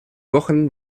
wochen